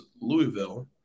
Louisville